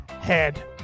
head